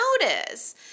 notice